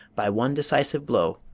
by one decisive blow,